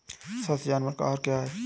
स्वस्थ जानवर का आहार क्या है?